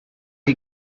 chi